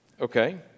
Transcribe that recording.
okay